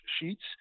sheets